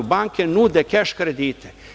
Banke nude keš kredite.